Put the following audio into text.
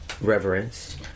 reverence